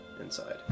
inside